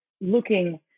looking